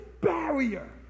barrier